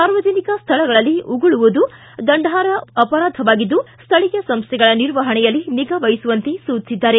ಸಾರ್ವಜನಿಕ ಸ್ಥಳಗಳಲ್ಲಿ ಉಗುಳುವುದು ದಂಡಾರ್ಪ ಅಪರಾಧವಾಗಿದ್ದು ಸ್ಥಳೀಯ ಸಂಸ್ಥೆಗಳ ನಿರ್ವಪಣೆಯಲ್ಲಿ ನಿಗಾ ವಹಿಸುವಂತೆ ಸೂಚಿಸಿದ್ದಾರೆ